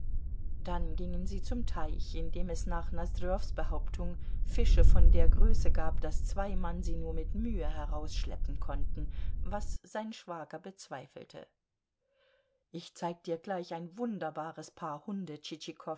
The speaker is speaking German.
dann gingen sie zum teich in dem es nach nosdrjows behauptung fische von der größe gab daß zwei mann sie nur mit mühe herausschleppen konnten was sein schwager bezweifelte ich zeig dir gleich ein wunderbares paar hunde